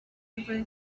over